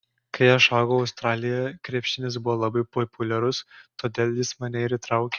kai aš augau australijoje krepšinis buvo labai populiarus todėl jis mane ir įtraukė